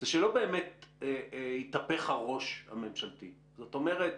היא באמת דורשת מעסקים ואתן לכם